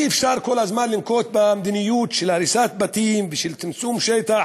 אי-אפשר כל הזמן לנקוט מדיניות של הריסת בתים ושל צמצום שטח,